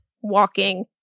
walking